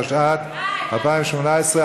התשע"ט 2018,